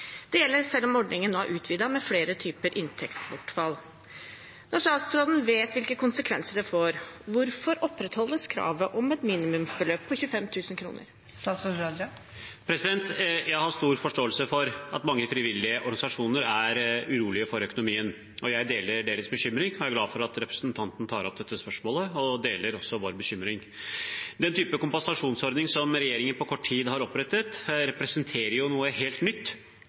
Det gjelder selv om ordningen nå er utvidet med flere typer inntektsbortfall. Når statsråden vet hvilke konsekvenser det får, hvorfor opprettholdes kravet om et minimumsbeløp på 25 000 kroner?» Jeg har stor forståelse for at mange frivillige organisasjoner er urolige for økonomien. Jeg deler deres bekymring og er glad for at representanten tar opp dette spørsmålet og også deler vår bekymring. Den typen kompensasjonsordning som regjeringen på kort tid har opprettet, representerer noe helt nytt.